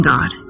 God